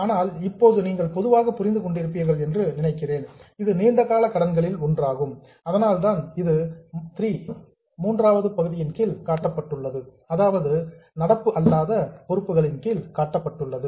ஆனால் இப்போது நீங்கள் பொதுவாக புரிந்து கொண்டிருப்பீர்கள் என்று நினைக்கிறேன் இது நீண்டகால கடன்களில் ஒன்றாகும் அதனால் தான் இது 3 இன் கீழ் காட்டப்பட்டுள்ளது அதாவது நான் கரெண்ட் லியாபிலிடீஸ் நடப்பு அல்லாத பொறுப்புகளின் கீழ் காட்டப்பட்டுள்ளது